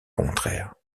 contraire